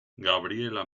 gabriela